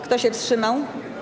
Kto się wstrzymał?